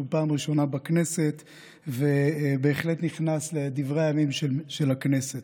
פעם ראשונה בכנסת ובהחלט נכנס לדברי הימים של הכנסת.